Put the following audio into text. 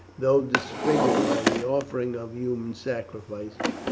though disfigured by the offering of human sacrifices.